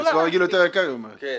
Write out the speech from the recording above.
המסלול הרגיל יותר יקר היא אומרת.